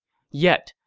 yet,